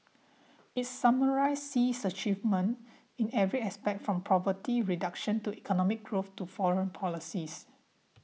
it summarises Xi's achievements in every aspect from poverty reduction to economic growth to foreign policies